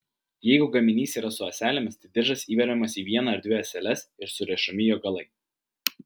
jeigu gaminys yra su ąselėmis tai diržas įveriamas į vieną ar dvi ąseles ir surišami jo galai